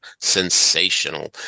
Sensational